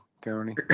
Tony